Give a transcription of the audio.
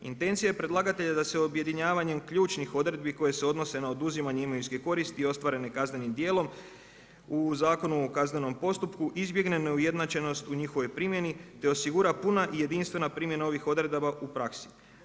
Intencija je predlagatelja da se objedinjavanjem ključnih odredbi koje se odnose na oduzimanje imovinske koristi ostvarene kaznenim djelom u Zakonu o kaznenom postupku izbjegne neujednačenost u njihovoj primjeni te osigura puna i jedinstvena primjena ovih odredaba u praksi.